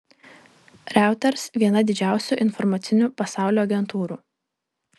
reuters viena didžiausių informacinių pasaulio agentūrų